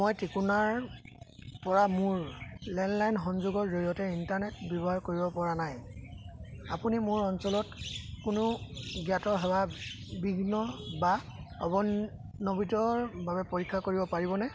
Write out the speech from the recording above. মই টিকোনাৰপৰা মোৰ লেণ্ডলাইন সংযোগৰ জৰিয়তে ইণ্টাৰনেট ব্যৱহাৰ কৰিব পৰা নাই আপুনি মোৰ অঞ্চলত কোনো জ্ঞাত সেৱা বিঘ্ন বা অৱনমিতৰ বাবে পৰীক্ষা কৰিব পাৰিবনে